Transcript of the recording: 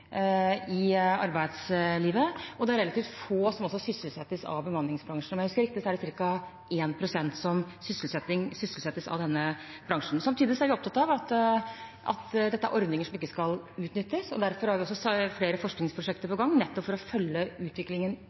i arbeidslivet, og det er også relativt få som sysselsettes av bemanningsbransjen. Husker jeg riktig, er det ca. 1 pst. som sysselsettes av denne bransjen. Samtidig er vi opptatt av at dette er ordninger som ikke skal utnyttes, og derfor har vi flere forskningsprosjekter på gang nettopp for å følge utviklingen